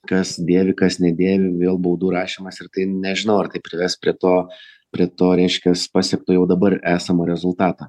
kas dėvi kas nedėvi vėl baudų rašymas ir tai nežinau ar tai prives prie to prie to reiškias pasiekto jau dabar esamo rezultatą